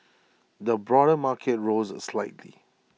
the broader market rose slightly